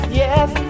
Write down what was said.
yes